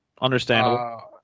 Understandable